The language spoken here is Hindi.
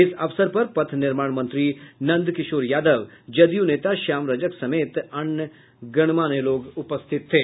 इस अवसर पर पथ निर्माण मंत्री नंदकिशोर यादव जदयू नेता श्याम रजक समेत अन्य गणमान्य लोग उपस्थित थे